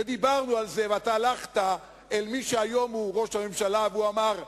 ודיברנו על זה והלכת אל מי שהיום הוא ראש הממשלה והוא אמר "נייט"